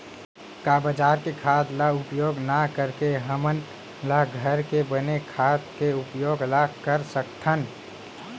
का बजार के खाद ला उपयोग न करके हमन ल घर के बने खाद के उपयोग ल कर सकथन?